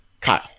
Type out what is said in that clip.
Kyle